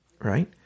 Right